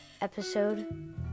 episode